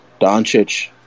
Doncic